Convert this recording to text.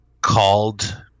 called